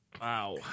Wow